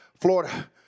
florida